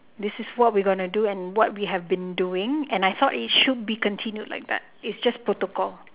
this is what we gonna do and what we have been doing and I though it should be continued like that it's just protocol